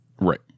Right